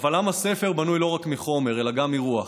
אבל עם הספר בנוי לא רק מחומר אלא גם מרוח.